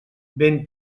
ben